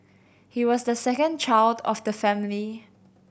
he was the second child of the family